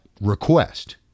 request